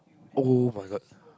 [oh]-my-god